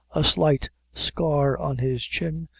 a slight scar on his chin,